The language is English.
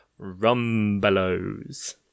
Rumbelows